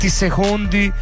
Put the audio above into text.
secondi